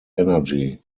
energy